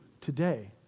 today